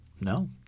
No